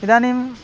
इदानीं